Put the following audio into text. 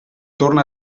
torna